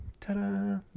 Ta-da